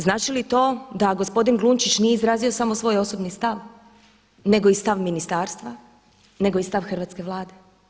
Znači li to da gospodin Glunčić nije izrazio samo svoj osobni stav nego i stav ministarstva, nego i stav hrvatske Vlade?